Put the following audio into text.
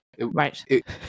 Right